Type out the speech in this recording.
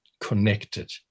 connected